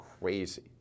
crazy